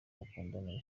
mukundana